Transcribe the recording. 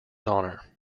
honor